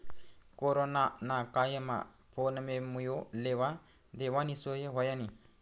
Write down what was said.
corona ना कायमा phone पे मुये लेवा देवानी सोय व्हयनी